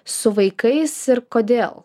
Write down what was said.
su vaikais ir kodėl